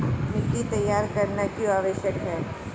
मिट्टी तैयार करना क्यों आवश्यक है?